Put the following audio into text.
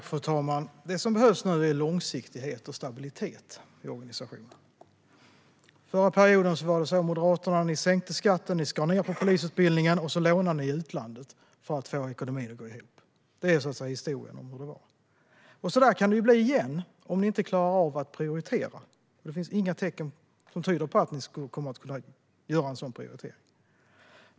Fru talman! Det som behövs nu är långsiktighet och stabilitet i organisationen. Förra mandatperioden sänkte Moderaterna skatten och skar ned på polisutbildningen. Sedan lånade ni i utlandet för att få ekonomin att gå ihop. Det är historien om Moderaterna. Och så där kan det ju bli igen om ni inte klarar av att prioritera. Det finns inga tecken som tyder på att ni skulle komma att göra en sådan prioritering.